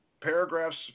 paragraphs